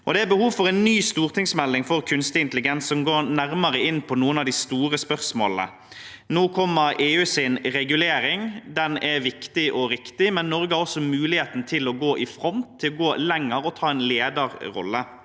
Det er behov for en ny stortingsmelding for kunstig intelligens som går nærmere inn på noen av de store spørsmålene. Nå kommer EUs regulering – den er viktig og riktig – men Norge har også muligheten til å gå i front, til å gå lenger og å ta en lederrolle.